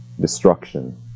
destruction